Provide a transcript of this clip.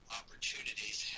opportunities